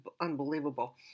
unbelievable